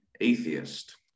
atheist